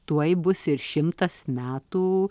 tuoj bus ir šimtas metų